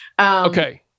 Okay